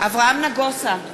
אברהם נגוסה,